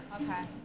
Okay